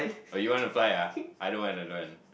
why you wanna fly ah I don't want I don't want